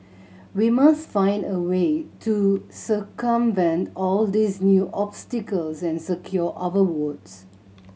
we must find a way to circumvent all these new obstacles and secure our votes